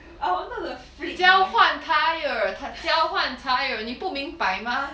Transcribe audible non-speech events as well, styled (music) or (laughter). I wanted to flip my (laughs)